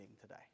today